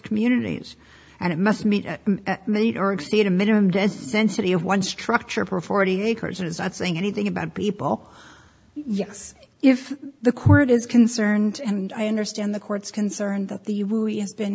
me it is and it must meet meet or exceed a minimum debt sensitive one structure for forty acres and it's not saying anything about people yes if the court is concerned and i understand the court's concern that the